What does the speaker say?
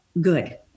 good